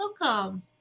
Welcome